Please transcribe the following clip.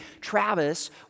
Travis